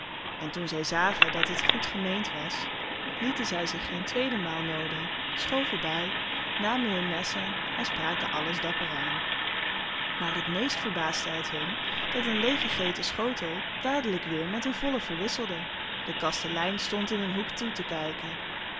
en toen zij zagen dat het goed gemeend was lieten zij zich geen tweede maal nooden schoven bij namen hunne messen en spraken alles dapper aan maar het meest verbaasde het hun dat een leeggegeten schotel dadelijk weer met een volle verwisselde de kastelein stond in een hoek toe te kijken